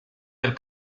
del